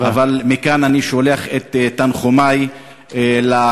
אבל מכאן אני שולח את תנחומי למשפחה,